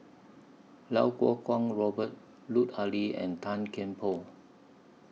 Lau Kuo Kwong Robert Lut Ali and Tan Kian Por